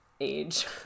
age